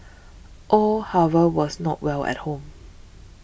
all however was not well at home